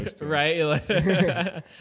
right